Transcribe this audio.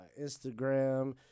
instagram